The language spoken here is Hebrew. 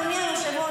אדוני היושב-ראש.